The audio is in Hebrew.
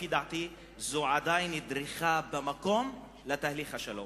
לפי דעתי, זו עדיין דריכה במקום לתהליך השלום.